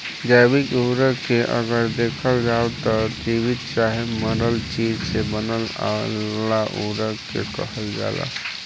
जैविक उर्वरक के अगर देखल जाव त जीवित चाहे मरल चीज से बने वाला उर्वरक के कहल जाला